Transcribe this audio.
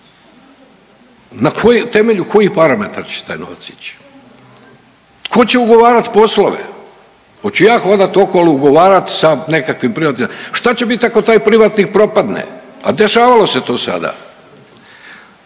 kojih parametara će taj novac ići? Tko će ugovarati poslove? Hoću ja hodat okolo ugovarat sa nekakvim privatnicima? Šta će biti ako taj privatnik propadne, a dešavalo se to sada?